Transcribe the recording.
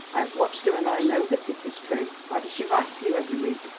i have watched her and i know that it is true. why does she write to you every week,